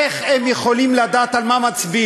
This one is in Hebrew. איך הם יכולים לדעת על מה מצביעים?